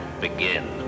begin